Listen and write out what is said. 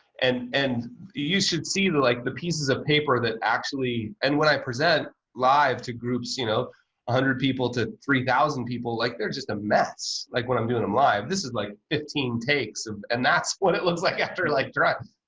and and you should see like the pieces of paper that actually and when i present live to groups one you know ah hundred people to three thousand people like they're just a mess like what i'm doing live. this is like fifteen takes and that's what it looks like after like draft.